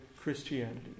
Christianity